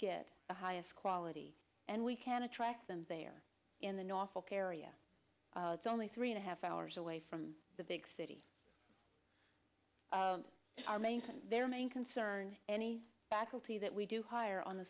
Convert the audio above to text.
get the highest quality and we can attract them there in the norfolk area only three and a half hours away from the big city our main their main concern any faculty that we do hire on the